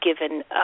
given